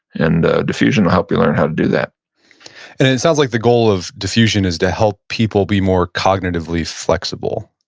and defusion will help you learn how to do that and it sounds like the goal of defusion is to help people be more cognitively flexible?